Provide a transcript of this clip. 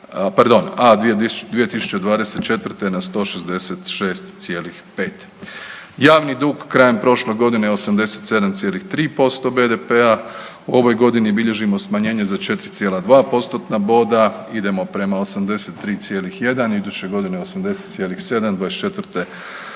pardon, a 2024. na 166,5. Javni dug krajem prošle godine je 87,3% BDP-a, u ovoj godini bilježimo smanjenje za 4,2 postotna boda, idemo prema 83,1, iduće godine 80,7, '24.,